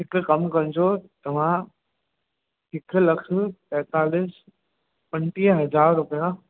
हिकु कमु कजो तव्हां हिकु लख पंजेतालीह पंजुटीह हज़ार रुपया